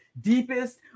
deepest